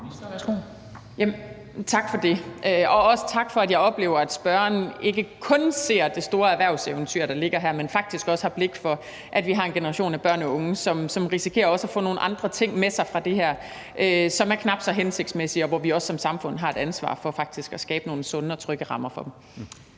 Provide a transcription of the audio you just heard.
Tak for det, og også tak for, at jeg oplever, at spørgeren ikke kun ser det store erhvervseventyr, der ligger her, men faktisk også har blik for, at vi har en generation af børn og unge, som risikerer også at få nogle andre ting med sig fra det her, som er knap så hensigtsmæssige, og hvor vi også som samfund har et ansvar for faktisk at skabe nogle sunde og trygge rammer for dem.